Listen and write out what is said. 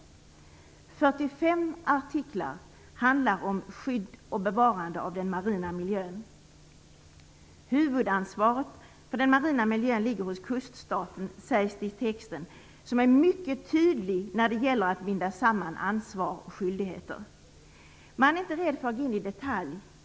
45 artiklar handlar om skydd och bevarande av den marina miljön. Huvudansvaret för den marina miljön ligger hos kuststaten, sägs det i texten som är mycket tydligt när det gäller att binda samman ansvar och skyldigheter. Man är inte rädd för att gå in i detalj.